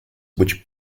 which